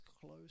close